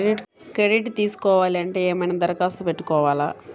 Credit తీసుకోవాలి అంటే ఏమైనా దరఖాస్తు పెట్టుకోవాలా?